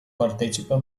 partecipa